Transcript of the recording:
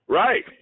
right